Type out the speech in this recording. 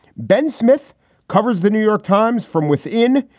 ben smith covers the new york times from within.